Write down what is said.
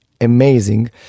amazing